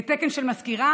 לתקן של מזכירה